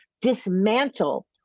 dismantle